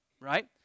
right